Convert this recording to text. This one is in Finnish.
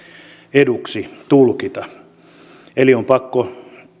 eduksi tulkita eli on pakko